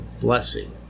blessing